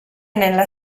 nella